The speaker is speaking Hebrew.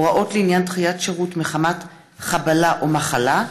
(הוראות לעניין דחיית שירות מחמת חבלה או מחלה),